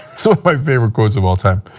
so of my favorite quotes of all time,